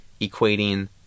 equating